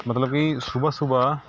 मतलब कि सुबह सुबह